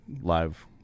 live